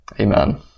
Amen